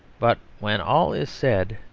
but, when all is said,